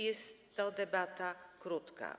Jest to debata krótka.